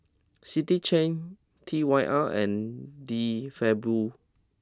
City Chain T Y R and De Fabio